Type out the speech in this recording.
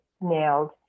nailed